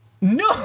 No